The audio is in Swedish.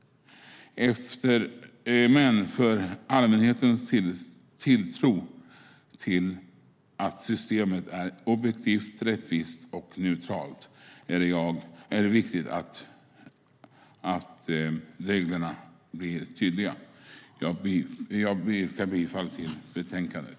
Men för allmänhetens tilltro till att systemet är objektivt, rättvist och neutralt är det viktigt att reglerna blir tydliga. Jag yrkar bifall till förslaget i betänkandet.